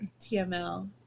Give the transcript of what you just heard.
TML